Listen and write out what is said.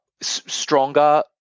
stronger